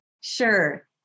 Sure